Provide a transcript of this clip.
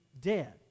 dead